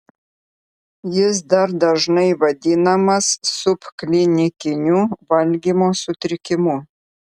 jis dar dažnai vadinamas subklinikiniu valgymo sutrikimu